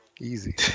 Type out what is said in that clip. easy